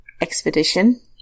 expedition